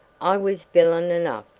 i was villain enough,